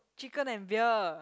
chicken and beer